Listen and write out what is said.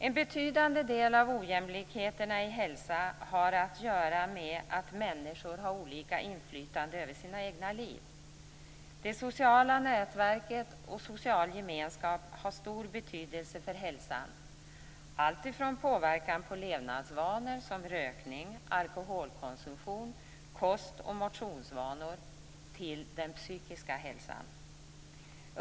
En betydande del av ojämlikheterna i hälsa har att göra med att människor har olika inflytande över sina egna liv. Det sociala nätverket och social gemenskap har stor betydelse för hälsan, alltifrån påverkan på levnadsvanor som rökning, alkoholkonsumtion, kostoch motionsvanor till den psykiska hälsan.